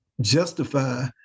justify